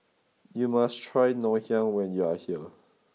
you must try Ngoh hiang when you are here